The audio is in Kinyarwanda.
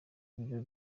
ibiro